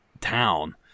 town